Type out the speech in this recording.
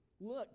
Look